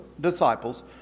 disciples